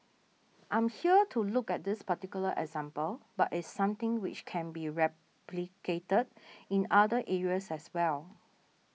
I'm here to look at this particular example but it's something which can be replicated in other areas as well